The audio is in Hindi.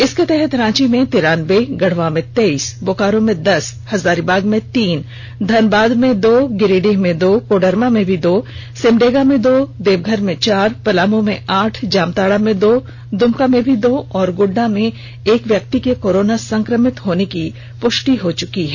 इसके तहत रांची में तिरान्बे गढ़वा में तेईस बोकारो में दस हजारीबाग में तीन धनबाद में दो गिरिडीह में दो कोडरमा में दो सिमडेगा में दो देवघर में चार पलामू में आठ जामताड़ा में दो दुमका में दो और गोड्डा में एक व्यक्ति के कोरोना संक्रमित होने की पुष्टि हो चुकी है